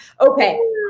okay